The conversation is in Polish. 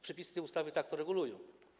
Przepisy tej ustawy tak to regulują.